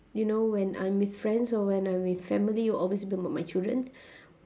you know when I'm with friends or when I'm with family will always be about my children